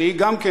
שהיא גם כן,